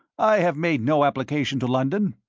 i have made no application to london.